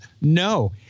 no